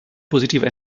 positive